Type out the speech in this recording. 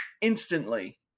instantly